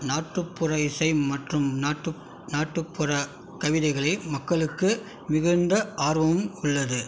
நாட்டுப்புற இசை மற்றும் நாட்டுப்புற கவிதைகளில் மக்களுக்கு மிகுந்த ஆர்வம் உள்ளது